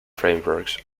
frameworks